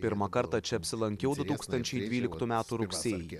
pirmą kartą čia apsilankiau du tūkstančiai dvyliktų metų rugsėjį